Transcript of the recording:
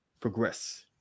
progress